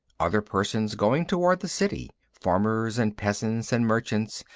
other persons going toward the city, farmers and peasants and merchants,